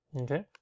okay